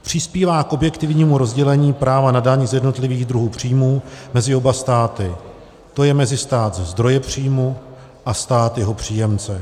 Přispívá k objektivnímu rozdělení práva na daň z jednotlivých druhů příjmů mezi oba státy, to je mezi stát zdroje příjmu a stát jeho příjemce.